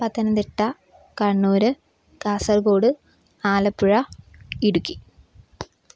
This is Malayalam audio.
പത്തനംതിട്ട കണ്ണൂർ കാസർഗോട് ആലപ്പുഴ ഇടുക്കി